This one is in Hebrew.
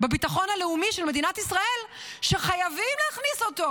בביטחון הלאומי של מדינת ישראל שחייבים להכניס אותו